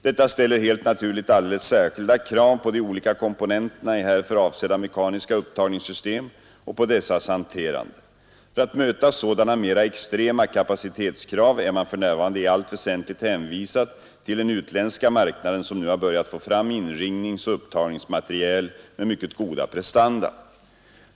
Detta ställer helt naturligt alldeles särskilda krav på de olika komponenterna i härför avsedda mekaniska upptagningssystem och på dessas hanterande. För att möta sådana mera extrema kapacitetskrav är man för närvarande i allt väsentligt hänvisad till den utländska marknaden, som nu har börjat få fram inringningsoch upptagningsmateriel med mycket goda prestanda.